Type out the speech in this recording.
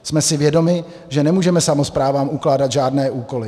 Jsme si vědomi, že nemůžeme samosprávám ukládat žádné úkoly.